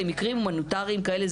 מקרים הומניטריים כאלה,